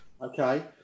okay